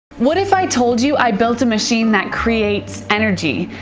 what if i told you i built a machine that creates energy?